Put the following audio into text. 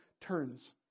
turns